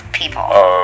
people